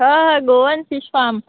हय Goan fish farm